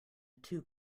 two